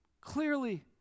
Clearly